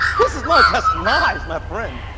this is not just lies my friend.